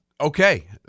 okay